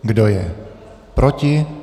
Kdo je proti?